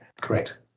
Correct